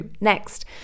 next